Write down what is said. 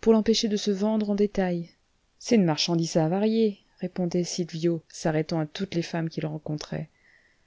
pour l'empêcher de se vendre en détail c'est une marchandise avariée répondait sylvio s'arrêtant à toutes les femmes qu'il rencontrait